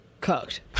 Cooked